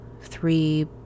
three